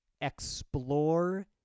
explore